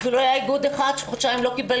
אפילו היה איגוד אחד שחודשיים לא קיבל